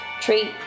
Treat